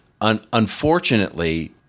Unfortunately